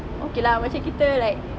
okay lah macam kita like